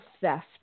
theft